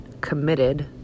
committed